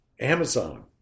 Amazon